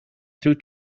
through